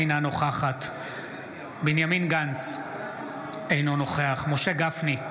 אינה נוכחת בנימין גנץ, אינו נוכח משה גפני,